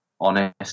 honest